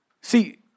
See